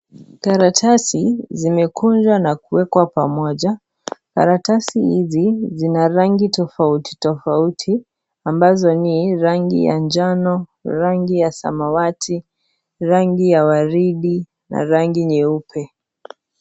Karatasi zimekunjwa na kuwekwa pamoja. Karatasi hizi zina rangi tofauti, tofauti ambazo ni: rangi ya njano, rangi ya samawati, rangi ya waridi na rangi nyeupe.